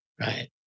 right